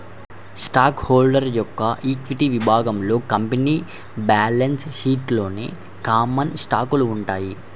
stock holder యొక్క equity విభాగంలో company balance షీట్లోని కామన్ స్టాకులు ఉంటాయి